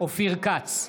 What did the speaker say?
אופיר כץ,